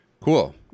Cool